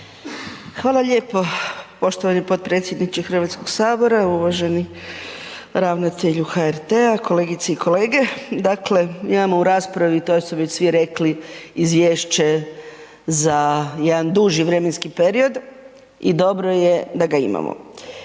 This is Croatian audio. Hvala lijepo poštovani potpredsjedniče Hrvatskoga sabora. Uvaženi ravnatelju HRT-a, kolegice i kolega. Dakle, imamo u raspravi to su već svi rekli izvješće za jedan duži period i dobro je da ga imamo.